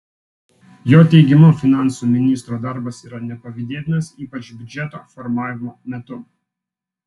jo teigimu finansų ministro darbas yra nepavydėtinas ypač biudžeto formavimo metu